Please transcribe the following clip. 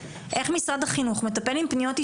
איך משרד החינוך מטפל עם פניות אישיות,